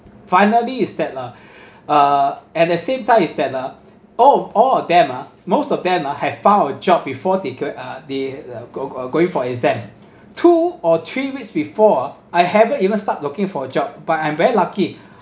finally is that uh uh at the same time is that uh all all of them ah most of them ah have found a job before they go~ uh they uh go~ go~ going for exam two or three weeks before I haven't even start looking for a job but I'm very lucky